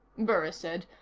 burris said.